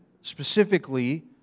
specifically